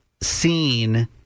seen